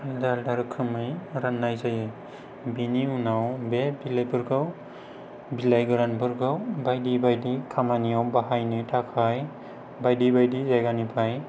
आलादा आलादा रोखोमै फोराननाय जायो बिनि उनाव बे बिलाइफोरखौ बिलाइ गोरानफोरखौ बायदि बायदि खामानियाव बाहायनो थाखाय बायदि बायदि जायगानिफ्राय